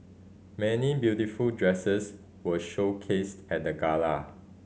many beautiful dresses were showcased at the gala